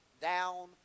down